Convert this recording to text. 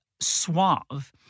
suave